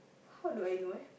how do I know eh